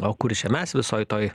o kur čia mes visoj toj